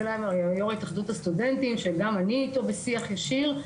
יו"ר התאחדות הסטודנטים שגם אני איתו בשיח ישיר,